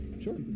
Sure